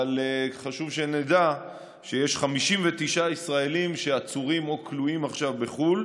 אבל חשוב שנדע שיש 59 ישראלים שעצורים או כלואים עכשיו בחו"ל.